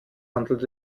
handelt